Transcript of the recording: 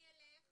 אני אלך.